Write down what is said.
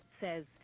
says